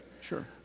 Sure